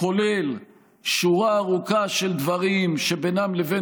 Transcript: כולל שורה ארוכה של דברים שביניהם לבין